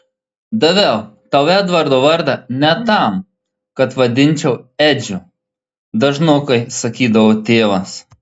daviau tau edvardo vardą ne tam kad vadinčiau edžiu dažnokai sakydavo tėvas